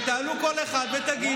סליחה?